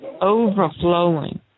overflowing